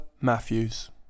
Matthews